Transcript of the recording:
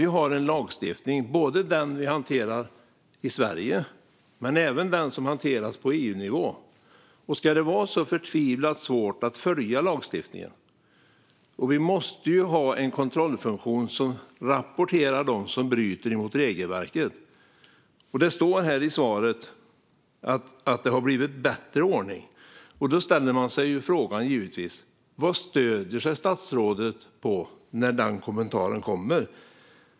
Vi har lagstiftning, den som vi hanterar i Sverige men även den som hanteras på EU-nivå. Ska det vara så förtvivlat svårt att följa lagstiftningen? Vi måste ju ha en kontrollfunktion som rapporterar dem som bryter mot regelverket. Statsrådet säger i svaret att det har blivit bättre ordning. Då ställer jag mig givetvis frågan: Vad stöder sig statsrådet på när den kommentaren kommer?